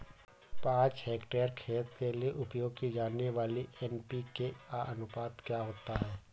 पाँच हेक्टेयर खेत के लिए उपयोग की जाने वाली एन.पी.के का अनुपात क्या होता है?